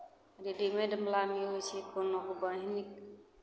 रेडीमेडवलामे ई होइ छै कोनोके बाँहि नीक